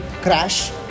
crash